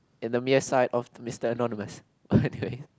in the mere side of Mister Anonymous anyway